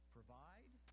Provide